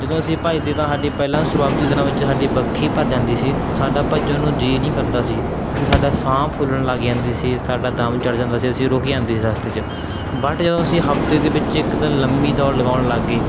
ਜਦੋਂ ਅਸੀਂ ਭੱਜਦੇ ਤਾਂ ਸਾਡੀ ਪਹਿਲਾਂ ਸ਼ੁਰੂਆਤੀ ਦਿਨਾਂ ਵਿੱਚ ਸਾਡੀ ਵੱਖੀ ਭੱਜ ਜਾਂਦੀ ਸੀ ਸਾਡਾ ਭੱਜਣ ਨੂੰ ਜੀਅ ਨਹੀਂ ਕਰਦਾ ਸੀ ਅਤੇ ਸਾਡਾ ਸਾਹ ਫੁੱਲਣ ਲੱਗ ਜਾਂਦਾ ਸੀ ਸਾਡਾ ਦਮ ਚੜ੍ਹ ਜਾਂਦਾ ਸੀ ਅਸੀਂ ਰੁਕ ਜਾਂਦੇ ਸੀ ਰਸਤੇ 'ਚ ਬਟ ਜਦੋਂ ਅਸੀਂ ਹਫਤੇ ਦੇ ਵਿੱਚ ਇੱਕ ਦਿਨ ਲੰਮੀ ਦੌੜ ਲਗਾਉਣ ਲੱਗ ਗਏ